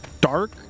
dark